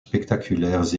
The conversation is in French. spectaculaires